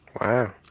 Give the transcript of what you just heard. Wow